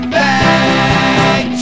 back